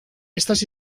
estas